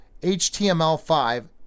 HTML5